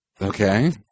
Okay